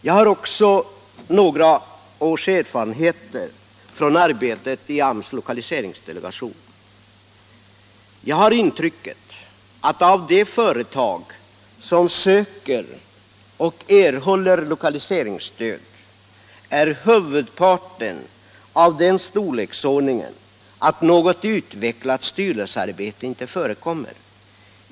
Jag har genom några års erfarenheter från arbetet i AMS:s lokaliseringsdelegation fått intrycket att av de företag som söker och erhåller lokaliseringsstöd är huvudparten av den storleksordningen att något utvecklat styrelsearbete inte förekommer.